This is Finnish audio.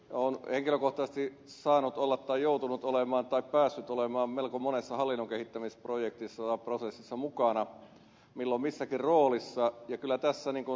olen henkilökohtaisesti saanut olla tai joutunut olemaan tai päässyt olemaan melko monessa hallinnon kehittämisprojektissa tai prosessissa mukana milloin missäkin roolissa ja kyllä tässä niin kuin ed